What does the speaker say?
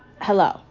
hello